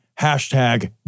Hashtag